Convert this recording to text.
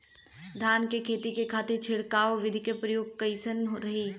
धान के खेती के खातीर छिड़काव विधी के प्रयोग कइसन रही?